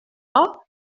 que